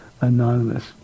anonymous